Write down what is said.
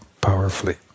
powerfully